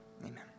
Amen